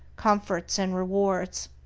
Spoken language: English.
comforts, and rewards,